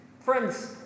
friends